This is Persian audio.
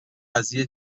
قضیه